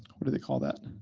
what do they call that?